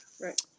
right